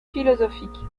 philosophique